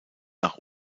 nach